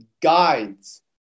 guides